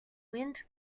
wind